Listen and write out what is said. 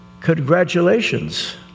congratulations